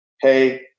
Hey